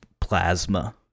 plasma